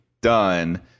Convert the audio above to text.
done